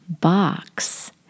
box